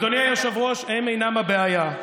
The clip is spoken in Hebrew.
אדוני היושב-ראש, הם אינם הבעיה.